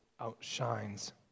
outshines